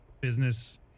business